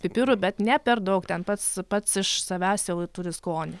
pipirų bet ne per daug ten pats pats iš savęs jau turi skonį